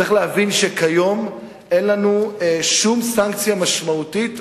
צריך להבין שכיום אין לנו שום סנקציה משמעותית,